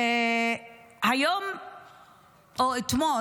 היום או אתמול,